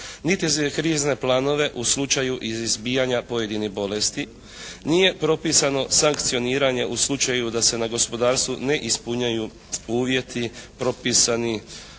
niti za krizne planove u slučaju izbijanja pojedinih bolesti. Nije propisano sankcioniranje u slučaju da se na gospodarstvu ne ispunjuju uvjeti propisani